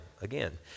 Again